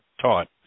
taught